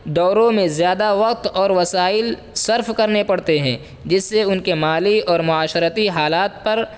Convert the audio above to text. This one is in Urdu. دوروں میں زیادہ وقت اور وسائل صرف کرنے پڑتے ہیں جس سے ان کے مالی اور معاشرتی حالات پر